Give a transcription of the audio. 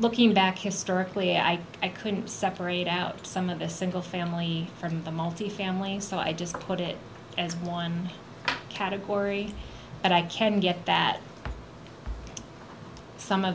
looking back historically i think i couldn't separate out some of a single family from the multifamily so i just put it as one category and i can get that some of